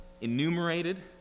enumerated